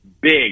big